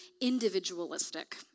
individualistic